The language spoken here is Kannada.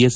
ಎಸ್